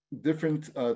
different